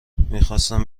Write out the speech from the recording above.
میخواستم